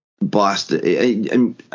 Boston